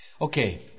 Okay